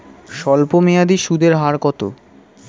স্বল্পমেয়াদী সুদের হার কত?